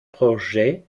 projets